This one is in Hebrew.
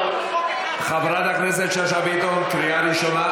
חברת הכנסת שאשא ביטון, קריאה ראשונה.